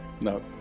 no